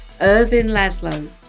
IrvinLaszlo